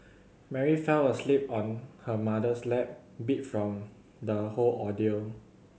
Mary fell asleep on her mother's lap beat from the whole ordeal